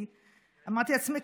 כי אמרתי לעצמי,